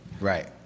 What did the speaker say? Right